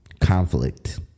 conflict